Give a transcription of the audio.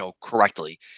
correctly